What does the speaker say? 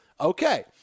Okay